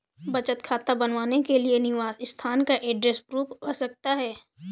बचत खाता बनवाने के लिए निवास स्थान का एड्रेस प्रूफ आवश्यक है